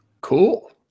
cool